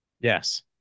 Yes